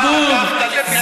חבוב,